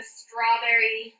strawberry